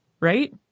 right